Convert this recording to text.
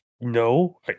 no